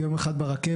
יום אחד ברכבת,